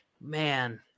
Man